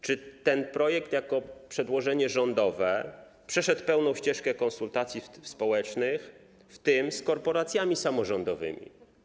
Czy ten projekt jako przedłożenie rządowe przeszedł pełną ścieżkę konsultacji społecznych, w tym z korporacjami samorządowymi?